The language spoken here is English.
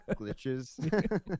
glitches